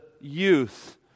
youth